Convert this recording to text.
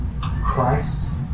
Christ